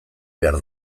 behar